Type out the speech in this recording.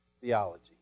theology